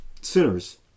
sinners